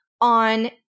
on